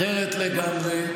אחרת לגמרי,